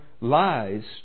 lies